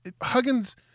Huggins –